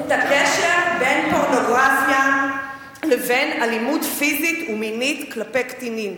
את הקשר בין פורנוגרפיה לבין אלימות פיזית ומינית כלפי קטינים.